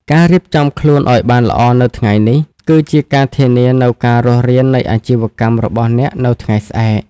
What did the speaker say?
ការរៀបចំខ្លួនឱ្យបានល្អនៅថ្ងៃនេះ គឺជាការធានានូវការរស់រាននៃអាជីវកម្មរបស់អ្នកនៅថ្ងៃស្អែក។